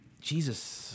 Jesus